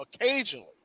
occasionally